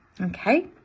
okay